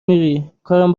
میری، کارم